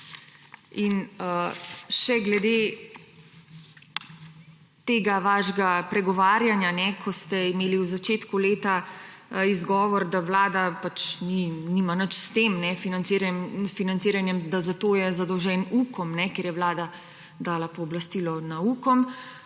In še glede tega vašega pregovarjanja, ko ste imeli v začetku leta izgovor, da Vlada nima nič s tem financiranjem, da zato je zadolžen UKOM, ker je Vlada dala pooblastilo na UKOM,